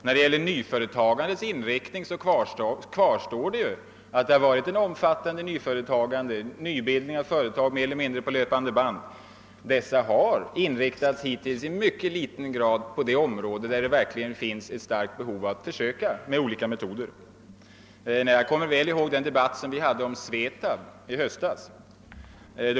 Vad beträffar nyföretagandets inriktning kvarstår att det har varit en omfattande nybildning av statliga företag, mer eller mindre på löpande band, men den har hittills i mycket liten grad inriktats på det område där det verkligen finns ett starkt behov av att försöka öka sysselsättningen med olika metoder. Jag kommer väl ihåg den debatt som vi hade om SVETAB i höstas.